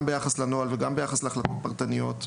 גם ביחס לנוהל וגם ביחס להחלטות פרטניות.